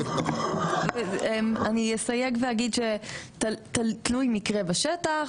לתוך --- אני אסייג ואגיד שזה תלוי מקרה בשטח,